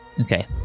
Okay